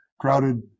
crowded